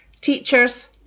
Teachers